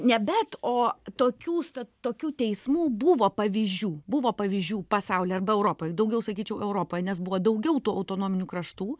ne bet o tokių sta tokių teismų buvo pavyzdžių buvo pavyzdžių pasauly arba europoj daugiau sakyčiau europoj nes buvo daugiau tų autonominių kraštų